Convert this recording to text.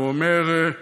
והוא אומר: